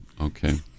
okay